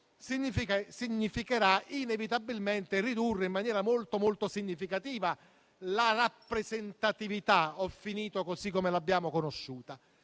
significherà inevitabilmente ridurre in maniera molto significativa la rappresentatività così come l'abbiamo conosciuta.